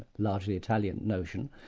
largely italian notion,